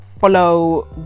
Follow